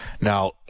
Now